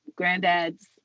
granddads